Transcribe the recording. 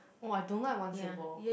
oh I don't like one syllable